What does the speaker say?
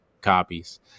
copies